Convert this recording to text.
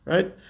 Right